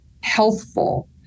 healthful